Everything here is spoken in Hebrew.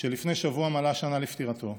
שלפני שבוע מלאה שנה לפטירתו.